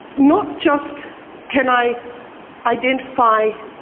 not just can i identify?